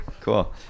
Cool